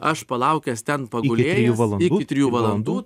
aš palaukęs ten pagulėjęs iki trijų valandų